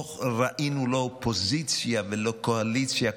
לא ראינו לא אופוזיציה ולא קואליציה,